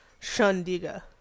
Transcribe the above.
Shundiga